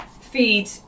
feed